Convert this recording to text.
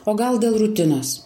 o gal dėl rutinos